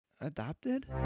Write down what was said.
adopted